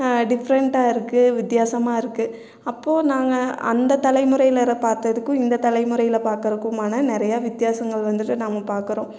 டிஃப்ரெண்ட்டாக இருக்கு வித்யாசமாக இருக்கு அப்போ நாங்கள் அந்த தலைமுறையில்ற பார்த்ததுக்கும் இந்த தலைமுறையில் பார்க்கறக்குமான நிறைய வித்தியாசங்கள் வந்துவிட்டு நம்ம பார்க்கறோம்